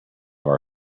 our